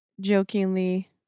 jokingly